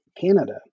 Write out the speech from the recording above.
Canada